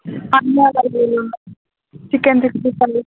పన్న chicken sixty క